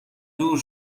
دور